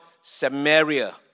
Samaria